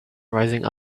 rising